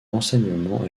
l’enseignement